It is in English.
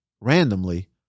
randomly